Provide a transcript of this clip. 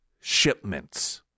shipments